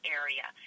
area